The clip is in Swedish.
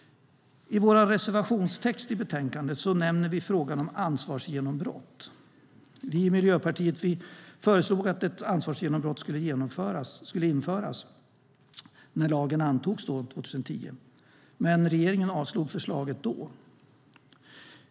I vår reservationstext i betänkandet nämner vi frågan om ansvarsgenombrott. Vi i Miljöpartiet föreslog att ett ansvarsgenombrott skulle införas när lagen antogs 2010, men regeringspartierna avslog förslaget.